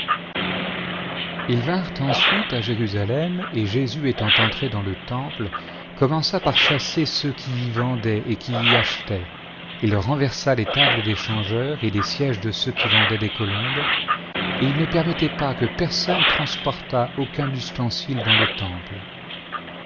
ils vinrent ensuite à jérusalem et jésus étant entré dans le temple commença par chasser ceux qui y vendaient et qui y achetaient il renversa les tables des changeurs et les sièges de ceux qui vendaient des colombes et il ne permettait pas que personne transportât aucun ustensile par le temple